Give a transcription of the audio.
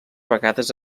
vegades